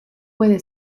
puede